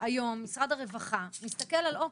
להם 'לא,